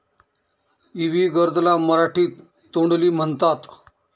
इवी gourd ला मराठीत तोंडली म्हणतात